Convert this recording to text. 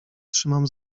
trzymam